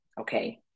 okay